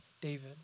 David